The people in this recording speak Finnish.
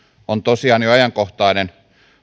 on tosiaan jo ajankohtainen